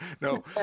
No